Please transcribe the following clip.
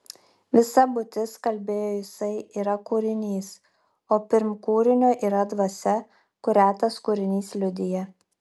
visa būtis kalbėjo jisai yra kūrinys o pirm kūrinio yra dvasia kurią tas kūrinys liudija